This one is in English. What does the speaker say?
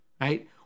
right